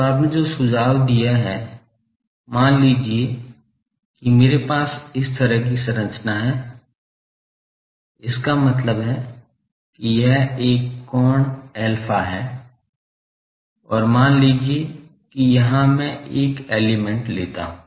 तो आपने जो सुझाव दिया है मान लीजिए कि मेरे पास इस तरह की संरचना है इसका मतलब है कि यह एक कोण alpha है और मान लीजिए कि यहाँ मैं एक एलिमेंट लेता हूं